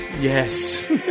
Yes